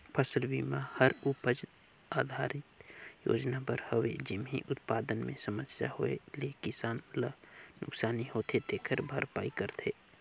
फसल बिमा हर उपज आधरित योजना बर हवे जेम्हे उत्पादन मे समस्या होए ले किसान ल नुकसानी होथे तेखर भरपाई करथे